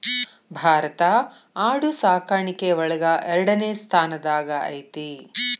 ಭಾರತಾ ಆಡು ಸಾಕಾಣಿಕೆ ಒಳಗ ಎರಡನೆ ಸ್ತಾನದಾಗ ಐತಿ